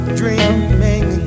dreaming